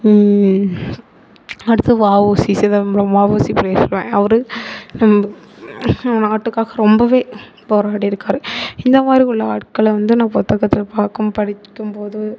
அடுத்து வஉசி சிதம்பரம் வஉசி பிள்ளையை சொல்லுவேன் அவரு நம்ப நாட்டுக்காக ரொம்பவே போராடிருக்கார் இந்தமாதிரி உள்ள ஆட்களை வந்து நான் புத்தகத்தில் பார்க்கும் படிக்கும் போது